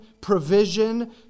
provision